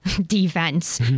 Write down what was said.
defense